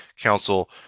Council